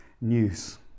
news